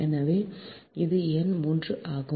எனவே இது எண் 3 ஆகும்